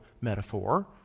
metaphor